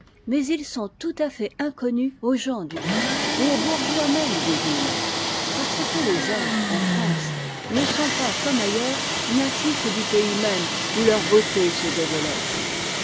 mais ils sont tout à fait inconnus aux gens du peuple et aux bourgeois même des villes parce que les arts en france ne sont pas comme ailleurs natifs du pays même où leurs beautés se développent